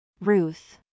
ruth